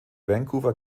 vancouver